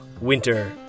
winter